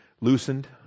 loosened